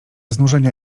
znużenia